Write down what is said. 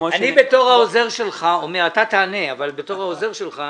אני בתור העוזר שלך אתה תענה אבל בתור העוזר שלך,